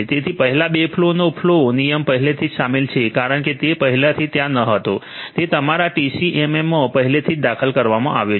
તેથી પહેલા બે ફલૉ નો ફલૉ નિયમ પહેલેથી શામેલ છે કારણ કે તે પહેલાથી ત્યાં ન હતો તે તમારા ટીસીએએમમાં પહેલેથી દાખલ કરવામાં આવ્યો છે